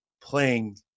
playing